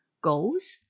goals